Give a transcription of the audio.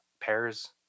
pairs